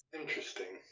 interesting